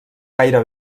gaire